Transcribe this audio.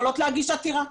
יכולות להגיש עתירה.